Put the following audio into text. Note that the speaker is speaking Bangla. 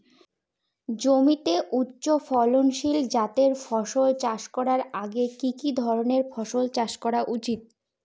জমিতে উচ্চফলনশীল জাতের ফসল চাষ করার আগে কি ধরণের ফসল চাষ করা উচিৎ?